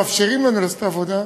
מאפשרים לנו לעשות את העבודה,